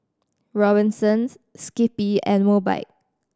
Robinsons Skippy and Mobike